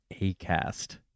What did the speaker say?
ACAST